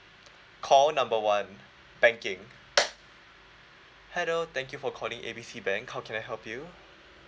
call number one banking hello thank you for calling A B C bank how can I help you